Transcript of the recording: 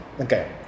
Okay